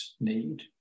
need